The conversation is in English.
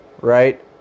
right